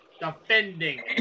defending